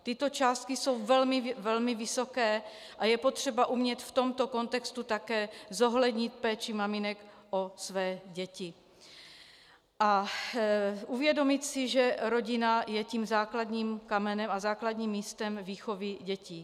Tyto částky jsou velmi, velmi vysoké a je potřeba umět v tomto kontextu zohlednit péči maminek o své děti a uvědomit si, že rodina je tím základním kamenem a základním místem výchovy dětí.